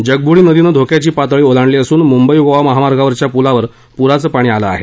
जगबुडी नदीनं धोक्याची पातळी ओलांडली असून मुंबई गोवा महामार्गावरच्या पूलावर पुराचं पाणी आलं आहे